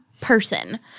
person